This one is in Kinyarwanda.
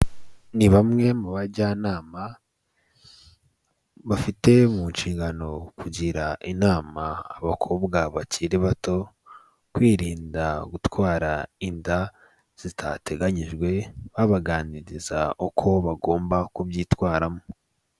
Ni bamwe mu bajyanama bafite mu nshingano kugira inama abakobwa bakiri bato kwirinda gutwara inda zitateganyijwe, babaganiriza uko bagomba kubyitwaramo.